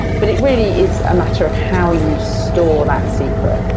but it really is a matter of how you store that secret.